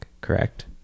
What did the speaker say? correct